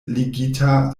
ligita